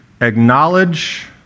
Acknowledge